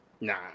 Nah